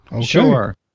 Sure